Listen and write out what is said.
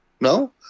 no